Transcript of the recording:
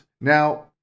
now